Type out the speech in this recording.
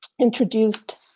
introduced